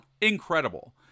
incredible